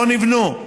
לא נבנו.